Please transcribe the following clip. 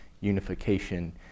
unification